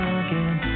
again